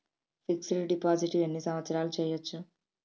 Fix డ్ deposit ఎన్ని సంవత్సరాలు చేయచ్చు?